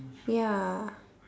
ya